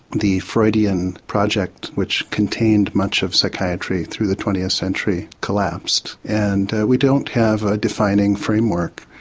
the freudian project which contained much of psychiatry through the twentieth century collapsed and we don't have a defining framework.